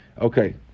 Okay